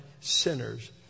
sinners